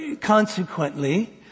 consequently